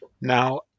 Now